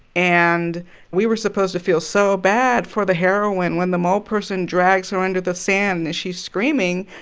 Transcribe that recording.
and we were supposed to feel so bad for the heroine when the mole-person drags her under the sand and she's screaming,